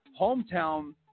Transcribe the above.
hometown